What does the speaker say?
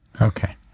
Okay